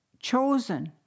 chosen